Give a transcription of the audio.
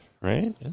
right